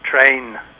train